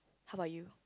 how bout you